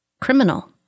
Criminal